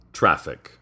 traffic